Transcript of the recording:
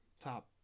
top